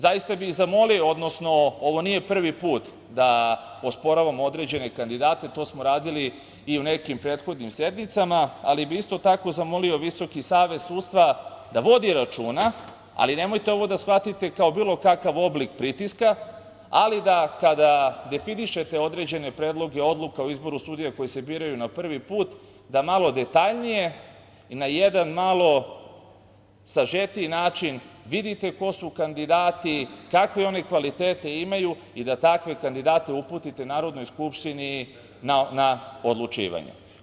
Zaista bih zamolio, odnosno ovo nije prvi put da osporavamo određene kandidate, to smo radili i u nekim prethodnim sednicama, ali bih isto tako zamolio VSS da vodi računa, ali nemojte ovo da shvatite kao bilo kakav oblik pritiska, ali da kada definišete određene predloge odluka o izboru sudija koji se biraju na prvi put, da malo detaljnije, na jedan malo sažetiji način vidite ko su kandidati, kakve oni kvalitete imaju i da takve kandidate uputite Narodnoj skupštini na odlučivanje.